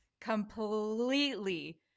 completely